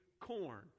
corn